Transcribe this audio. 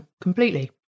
completely